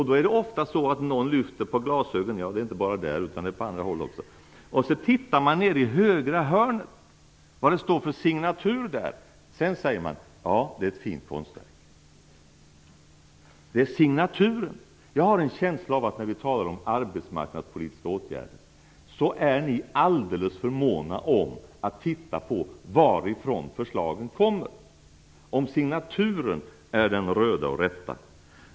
Då är det ofta någon som lyfter på glasögonen och tittar nere i högra hörnet, vad det står för signatur. Sedan säger man: Ja, det är ett fint konstverk. Det är signaturen som gör det. Jag har en känsla av att ni är alldeles för måna om att titta på varifrån förslagen kommer, när vi talar om arbetsmarknadspolitiska åtgärder. Ni ser efter om signaturen är den röda och den rätta.